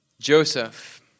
Joseph